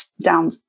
Down